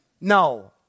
No